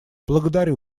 благодарю